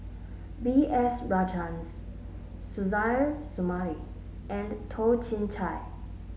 B S Rajhans Suzairhe Sumari and Toh Chin Chye